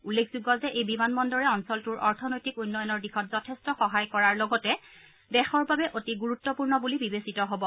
উল্লেখযোগ্য যে এই বিমান বন্দৰে অঞ্চলটোৰ অৰ্থনৈতিক উন্নয়নৰ দিশত যথেষ্ট সহায় কৰাৰ লগতে দেশৰ বাবে অতি গুৰুত্বপূৰ্ণ বুলি বিবেচিত হ'ব